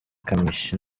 kamichi